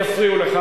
יפריע לך,